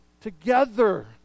Together